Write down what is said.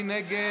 מי נגד?